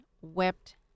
wept